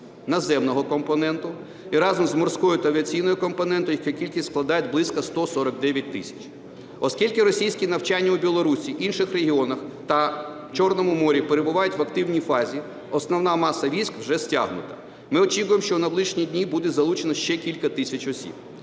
наземного компоненту, і разом з морською та авіаційною компонентами їхня кількість складає близько 149 тисяч. Оскільки російські навчання у Білорусі, інших регіонах та Чорному морі перебувають в активній фазі, основна маса військ вже стягнута. Ми очікуємо, що в найближчі дні буде залучено ще кілька тисяч осіб.